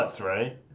right